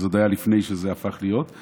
זה היה עוד לפני שזה הפך להיות.